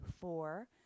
four